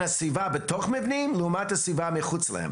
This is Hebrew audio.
הסביבה בתוך מבנים לבין הסביבה מחוץ להם.